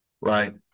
right